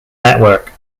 network